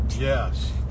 Yes